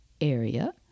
area